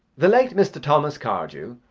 the late mr. thomas cardew,